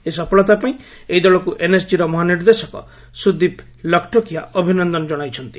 ଏହି ସଫଳତା ପାଇଁ ଏହି ଦଳକୁ ଏନ୍ଏସ୍ଜିର ମହାନିର୍ଦ୍ଦେଶକ ସୁଦୀପ ଲଖ୍ଟକିଆ ଅଭିନନ୍ଦନ ଜଣାଇଛନ୍ତି